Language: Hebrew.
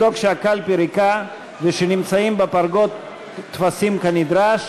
לוודא שהקלפי ריקה ושנמצאים בפרגוד טפסים כנדרש,